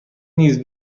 نیز